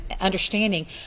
understanding